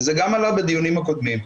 וזה גם עלה בדיונים הקודמים,